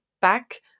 back